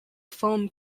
film